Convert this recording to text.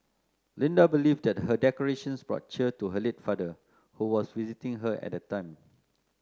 Linda believe that her decorations brought cheer to her late father who was visiting her at the time